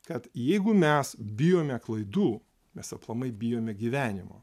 kad jeigu mes bijome klaidų mes aplamai bijome gyvenimo